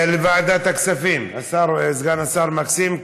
לוועדת הכספים, סגן השר מסכים.